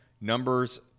numbers